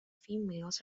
females